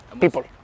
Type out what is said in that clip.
people